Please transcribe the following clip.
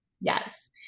Yes